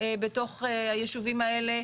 בתוך הישובים האלה,